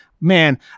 Man